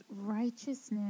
righteousness